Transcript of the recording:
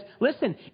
listen